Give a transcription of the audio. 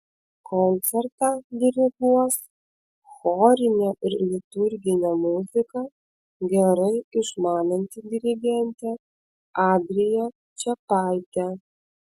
koncertą diriguos chorinę ir liturginę muziką gerai išmananti dirigentė adrija čepaitė